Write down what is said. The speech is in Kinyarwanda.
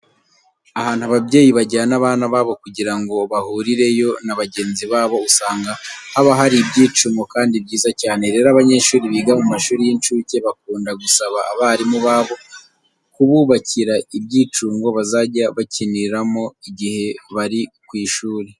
Ahantu ababyeyi bajyana abana babo kugira ngo bahurireyo na bagenzi babo usanga haba hari ibyicungo kandi byiza cyane. Rero abanyeshuri biga mu mashuri y'incuke bakunda gusaba abarimu babo kububakira ibyicungo bazajya bakiniramo igihe bari ku ishuri.